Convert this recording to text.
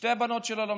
שתי בנות שלי לומדות,